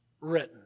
written